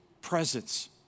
presence